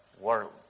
world